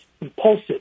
impulsive